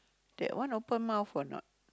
that one open mouth or not